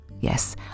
Yes